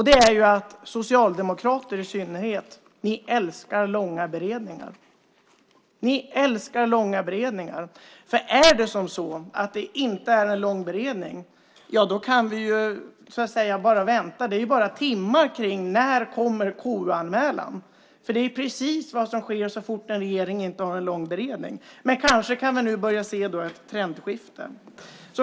Det är att socialdemokrater i synnerhet älskar långa beredningar. Ni älskar långa beredningar. För om det inte är en lång beredning kan vi bara vänta. Det är bara timmar innan det kommer en KU-anmälan. Detta är precis vad som sker så fort en regering inte har en lång beredning. Men kanske kan vi nu börja se ett trendskifte.